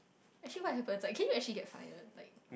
actually what you expect like can you actually get fire like